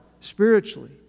spiritually